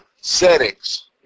settings